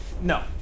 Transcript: No